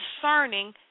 concerning